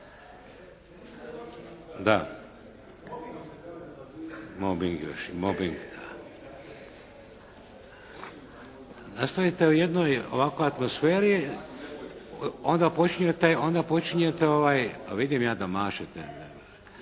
Da. Mobing još i mobing, da. Nastavite u jednoj ovako atmosferi onda počinjete, vidim ja da mašete,